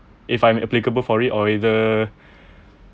if I'm applicable for it or either